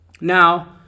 Now